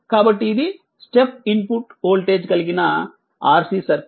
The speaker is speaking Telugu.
కాబట్టి ఇది స్టెప్ ఇన్పుట్ వోల్టేజ్ కలిగిన RC సర్క్యూట్